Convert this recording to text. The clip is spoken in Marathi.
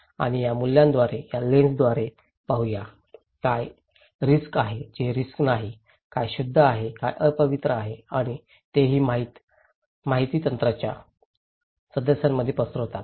आणि या मूल्यांद्वारे या लेन्सद्वारे पाहूया काय रिस्की आहे जे रिस्की नाही काय शुद्ध आहे काय अपवित्र आहे आणि ते ही माहिती त्यांच्या सदस्यांमध्ये पसरवतात